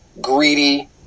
greedy